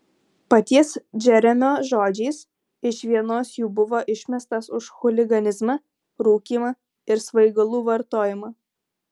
paties džeremio žodžiais iš vienos jų buvo išmestas už chuliganizmą rūkymą ir svaigalų vartojimą